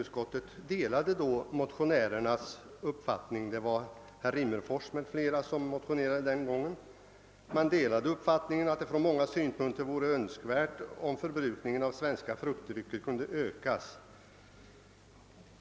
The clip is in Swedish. Utskottet delade då motionärernas uppfattning — motionen väcktes den gången av herr Rimmerfors m.fl. — att det från många synpunkter vore önskvärt om förbrukningen av svenska fruktdrycker kunde ökas.